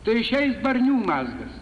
tai išeiti barnių mazgas